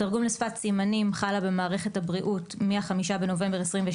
תרגום לשפת סימנים חל במערכת הבריאות מה-5 בנובמבר 22',